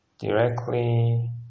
directly